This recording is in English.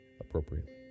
appropriately